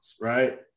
right